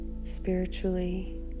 spiritually